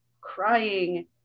crying